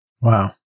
Wow